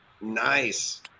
Nice